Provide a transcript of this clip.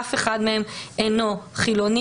אף אחד מהם אינו חילוני,